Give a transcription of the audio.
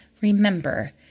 remember